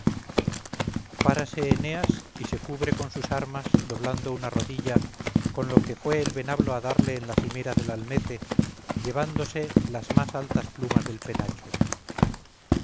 párase eneas y se cubre con sus armas doblando una rodilla con lo que fue el venablo a darle en la cimera del almete llevándose las más altas plumas del penacho